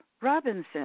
Robinson